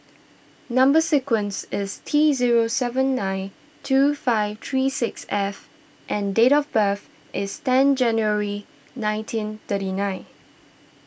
Number Sequence is T zero seven nine two five three six F and date of birth is ten January nineteen thirty nine